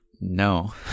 No